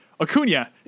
Acuna